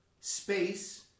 space